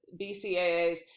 BCAAs